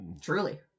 Truly